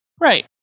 Right